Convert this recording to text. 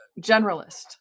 generalist